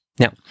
Now